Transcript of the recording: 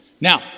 Now